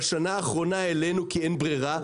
בשנה האחרונה העלינו כי אין ברירה,